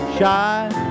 shine